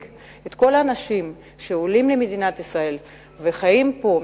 את כל האנשים שעולים למדינת ישראל וחיים פה,